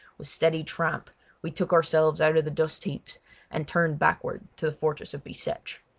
with steady tramp we took ourselves out of the dustheaps and turned backward to the fortress of bicetre.